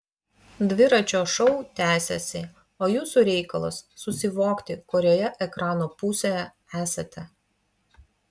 dviračio šou tęsiasi o jūsų reikalas susivokti kurioje ekrano pusėje esate